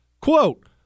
quote